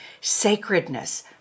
sacredness